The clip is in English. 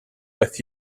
with